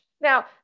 Now